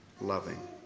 loving